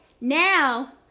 now